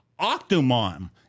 Octomom